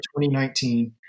2019